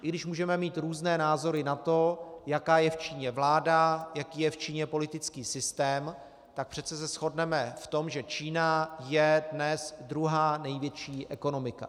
I když můžeme mít různé názory na to, jaká je v Číně vláda, jaký je v Číně politický systém, tak přece se shodneme v tom, že Čína je dnes druhá největší ekonomika.